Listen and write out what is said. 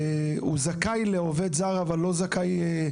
שהוא זכאי לעובד זר אבל לא זכאי לכך